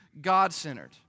God-centered